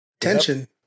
tension